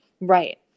Right